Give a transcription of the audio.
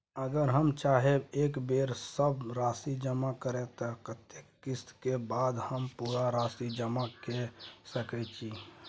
अगर हम चाहबे एक बेर सब राशि जमा करे त कत्ते किस्त के बाद हम पूरा राशि जमा के सके छि?